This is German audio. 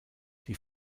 die